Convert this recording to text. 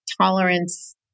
tolerance